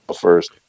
first